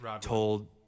told